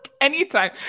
anytime